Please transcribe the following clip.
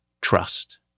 trust